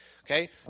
Okay